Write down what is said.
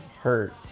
hurt